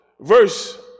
Verse